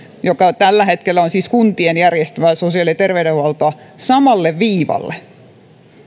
joka tällä hetkellä on siis kuntien järjestämä sosiaali ja terveydenhuolto samalle viivalle